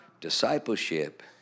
Discipleship